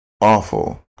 Awful